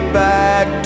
back